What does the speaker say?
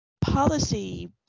policy